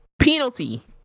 penalty